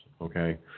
Okay